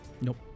Nope